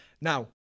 Now